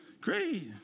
Great